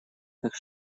так